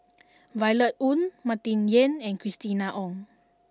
Violet Oon Martin Yan and Christina Ong